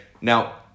Now